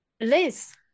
Liz